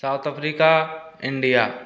South Africa India